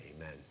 Amen